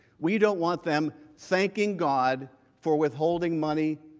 we don't want them thinking god, for withholding money,